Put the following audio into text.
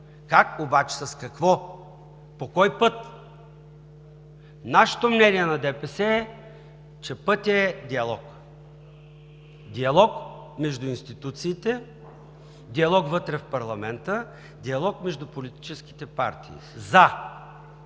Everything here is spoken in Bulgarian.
как, с какво, по кой път? Мнението на ДПС е, че пътят е диалог – диалог между институциите, диалог вътре в парламента, диалог между политическите партии за